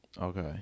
Okay